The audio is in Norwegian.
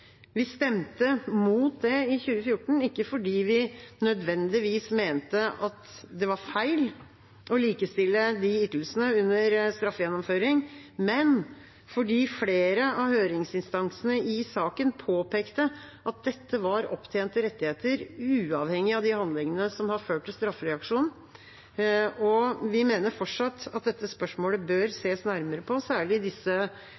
Vi stemte mot det i 2014, ikke fordi vi nødvendigvis mente det var feil å likestille de ytelsene under straffegjennomføring, men fordi flere av høringsinstansene i saken påpekte at dette var opptjente rettigheter, uavhengig av de handlingene som har ført til straffereaksjon. Vi mener fortsatt at dette spørsmålet bør ses nærmere på – særlig i disse